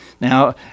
Now